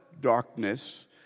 darkness